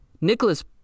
Nicholas